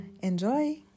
Enjoy